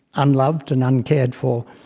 unloved and uncared for,